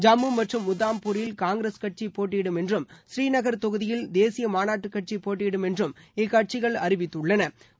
ஜம்மு மற்றும் உதாம்பூரில் காங்கிரஸ் கட்சி போட்டுயிடும் என்றும் ஸ்ரீநகர் தொகுதியில் தேசிய மாநாட்டு கட்சி போட்டியிடும் என்று இக்கட்சிகள் அறிவித்துள்ளனா்